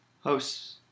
Hosts